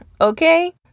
okay